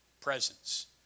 presence